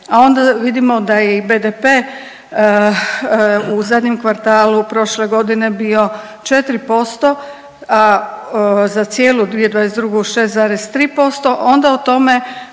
a onda vidimo da je i BDP u zadnjem kvartalu prošle godine bio 4% a za cijelu 2022. 6,3% onda o tome